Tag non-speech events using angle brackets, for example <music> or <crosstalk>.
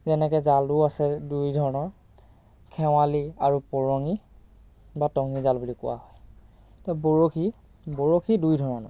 যেনেকৈ জালো আছে দুই ধৰণৰ খেৱালি আৰু পৰঙি বা টঙি জাল বুলি কোৱা হয় <unintelligible> বৰশী বৰশী দুই ধৰণৰ